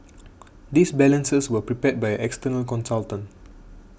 these balances were prepared by an external consultant